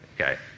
Okay